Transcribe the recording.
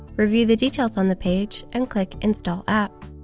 review the details on the page and click install app.